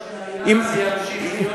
מה שהיה זה מה שימשיך להיות?